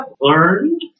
learned